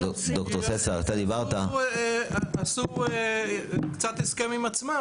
חלק מהשותפים קצת עשו הסכם עם עצמם,